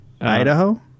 Idaho